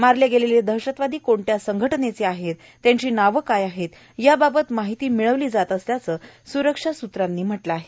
मारले गेलेले दहशतवादी कोणत्या संघटनेचे आहेत त्यांची नावं काय आहेत याची माहिती मिळवली जात असल्याचं स्ररक्षा स्त्रांनी म्हटलं आहे